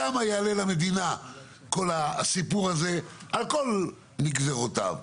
כמה יעלה למדינה כל הסיפור הזה על כל נגזרותיו.